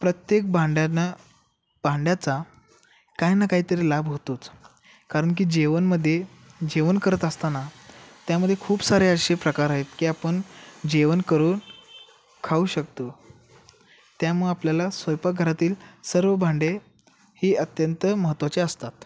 प्रत्येक भांड्यांना भांड्याचा काही ना काहीतरी लाभ होतोच कारण की जेवणमध्ये जेवण करत असताना त्यामध्ये खूप सारे असे प्रकार आहेत की आपण जेवण करून खाऊ शकतो त्यामळं आपल्याला स्वयंपाकघरातील सर्व भांडे ही अत्यंत महत्त्वाचे असतात